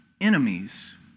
enemies